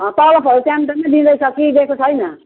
अँ तलबहरू टाइम टाइममा दिँदैछ कि दिएको छैन